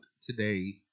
today